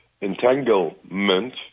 entanglement